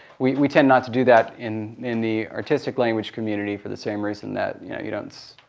we we tend not to do that in in the artistic language community for the same reason that you don't